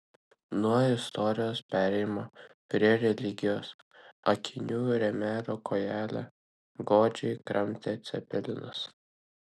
nuo istorijos perėjom prie religijos akinių rėmelio kojelę godžiai kramtė cepelinas